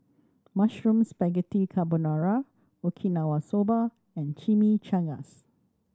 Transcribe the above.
Mushroom Spaghetti Carbonara Okinawa Soba and Chimichangas